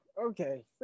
Okay